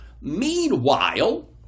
Meanwhile